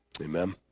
amen